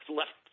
left